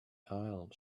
aisle